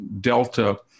Delta